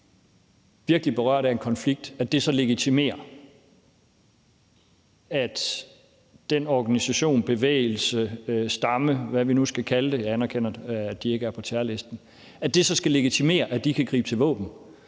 virkelig berørt af en konflikt, så legitimerer, at den organisation, bevægelse eller stamme, eller hvad vi nu skal kalde det – jeg anerkender, at de ikke er på terrorlisten – griber til våben.